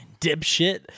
dipshit